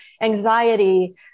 anxiety